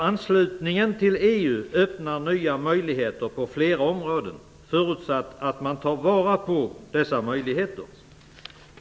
Anslutningen till EU öppnar nya möjligheter på flera områden förutsatt att man tar vara på dessa möjligheter.